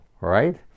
right